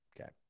Okay